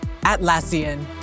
Atlassian